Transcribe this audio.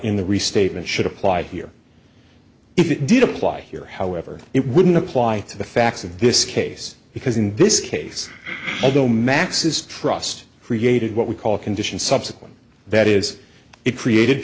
in the restatement should apply here if it did apply here however it wouldn't apply to the facts of this case because in this case although max is trust created what we call condition subsequent that is it created